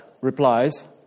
replies